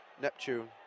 Neptune